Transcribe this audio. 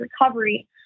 recovery